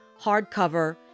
hardcover